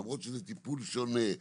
למרות שזה טיפול שונה.